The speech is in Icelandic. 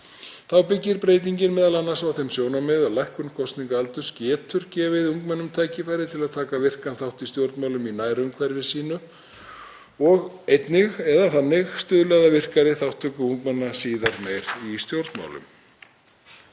Þá byggir breytingin m.a. á þeim sjónarmiðum að lækkun kosningaaldurs geti gefið ungmennum tækifæri til að taka virkan þátt í stjórnmálum í nærumhverfi sínu og þannig stuðlað að virkari þátttöku ungmenna síðar meir í stjórnmálum.